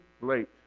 late